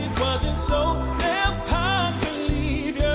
wasn't so damn to leave